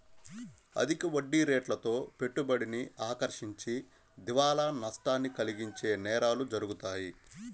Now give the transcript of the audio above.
అధిక వడ్డీరేట్లతో పెట్టుబడిని ఆకర్షించి దివాలా నష్టాన్ని కలిగించే నేరాలు జరుగుతాయి